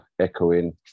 echoing